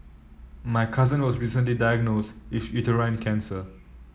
my cousin was recently diagnosed with uterine cancer